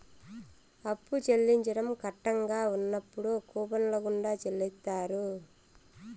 అప్పు చెల్లించడం కట్టంగా ఉన్నప్పుడు కూపన్ల గుండా చెల్లిత్తారు